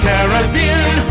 Caribbean